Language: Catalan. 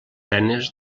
eines